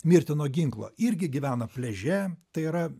mirtino ginklo irgi gyvena pliaže tai yra